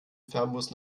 fernbus